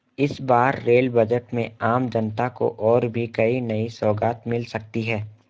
इस बार rail budget में आम जनता को और भी कई नई सौगात मिल सकती हैं